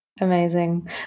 amazing